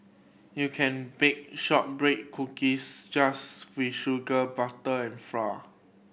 you can bake shortbread cookies just with sugar butter and flour